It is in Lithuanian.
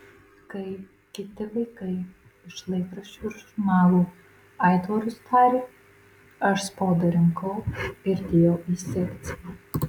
kai kiti vaikai iš laikraščių ir žurnalų aitvarus darė aš spaudą rinkau ir dėjau į sekciją